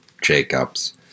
Jacobs